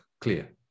clear